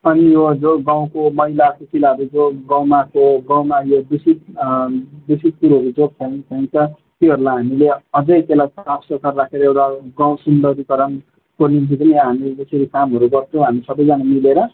अनि यो जो गाउँको मैला कुचिलाहरू जो गाउँमा जो गाउँमा यो दूषित दूषित कुरोहरू जो फ्याँकेको हुन्छ त्योहरूलाई हामीले अझै त्यसलाई साफ सुग्घर राखेर गाउँ सुन्दरीकरणको निम्ति पनि हामीले यसरी कामहरू गर्छौँ हामी सबैजना मिलेर